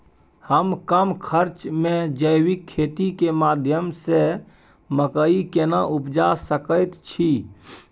हम कम खर्च में जैविक खेती के माध्यम से मकई केना उपजा सकेत छी?